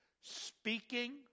speaking